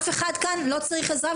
אף אחד כאן לא צריך עזרה,